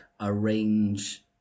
arrange